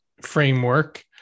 framework